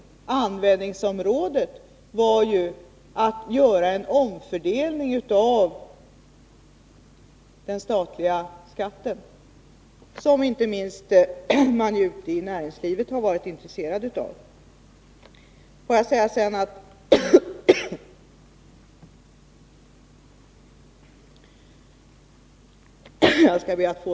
Pengarna skulle användas till en omfördelning av den statliga skatten, som man inte minst ute i näringslivet har varit intresserad av. Denna fråga är väsentlig.